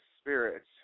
spirits